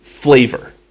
flavor